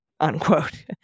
Unquote